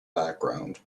background